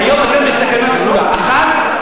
היום אתם בסכנה כפולה: אחת,